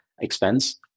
expense